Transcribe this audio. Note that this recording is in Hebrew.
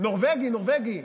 הייתי